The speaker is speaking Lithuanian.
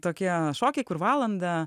tokie šokiai kur valandą